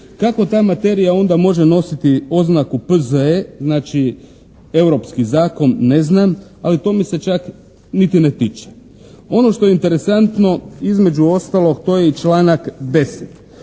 Kako ta materija onda može nositi oznaku P.Z.E. znači europski zakon? Ne znam. Ali to me se čak niti ne tiče. Ono što je interesantno između ostalog to je i članak 10.